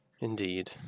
Indeed